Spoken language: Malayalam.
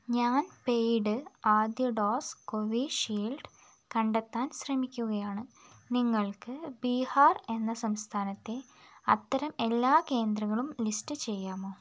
ഞാൻ പെയ്ഡ് ആദ്യ ഡോസ് കൊവീഷീൽഡ് കണ്ടെത്താൻ ശ്രമിക്കുകയാണ് നിങ്ങൾക്ക് ബീഹാർ എന്ന സംസ്ഥാനത്തെ അത്തരം എല്ലാ കേന്ദ്രങ്ങളും ലിസ്റ്റ് ചെയ്യാമോ